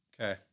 Okay